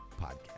podcast